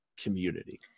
community